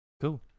cool